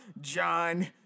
John